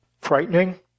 frightening